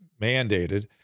mandated